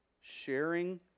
sharing